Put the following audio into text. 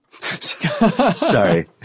Sorry